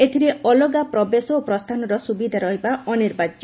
ଏଥିରେ ଅଲଗା ପ୍ରବେଶ ଓ ପ୍ରସ୍ଥାନର ସୁବିଧା ରହିବା ଅନିବାର୍ଯ୍ୟ